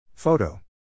Photo